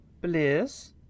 bliss